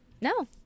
no